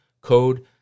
code